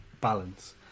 balance